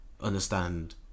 Understand